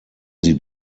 sie